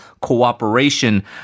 cooperation